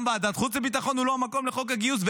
גם ועדת חוץ וביטחון היא לא מקום לחוק הגיוס.